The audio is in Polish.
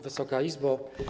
Wysoka Izbo!